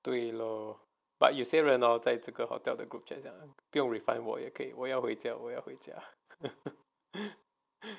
对 lor but 有些人 hor 在这个 hotel the group chat 讲不用 refund 我也可以我要回家要回家